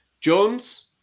Jones